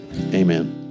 amen